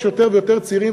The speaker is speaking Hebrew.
יש יותר ויותר צעירים,